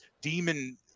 demon